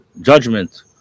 judgment